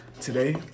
Today